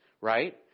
Right